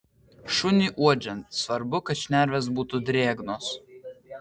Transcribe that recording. šuniui uodžiant svarbu kad šnervės būtų drėgnos